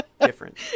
different